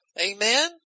Amen